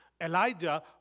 Elijah